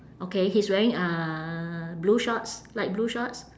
okay he's wearing uh blue shorts light blue shorts